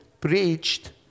preached